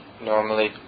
Normally